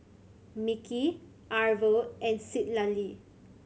Mickie Arvo and Citlalli